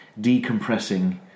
decompressing